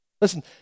Listen